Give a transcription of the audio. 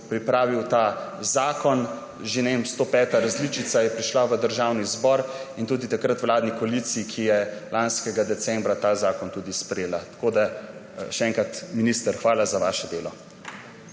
pripravil ta zakon. Že, ne vem, 105. različica je prišla v Državni zbor in tudi takrat vladni koaliciji, ki je lanskega decembra ta zakon tudi sprejela. Še enkrat, minister, hvala za vaše delo.